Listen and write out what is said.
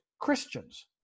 Christians